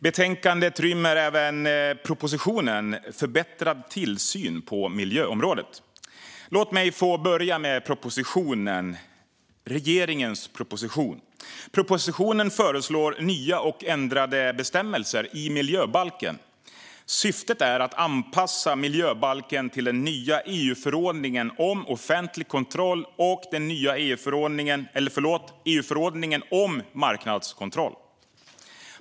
Betänkandet rymmer även propositionen Förbättrad tillsyn på miljöområdet . Låt mig börja med regeringens proposition. Den föreslår nya och ändrade bestämmelser i miljöbalken. Syftet är att anpassa miljöbalken till den nya EU-förordningen om offentlig kontroll och EU-förordningen om marknadskontroll.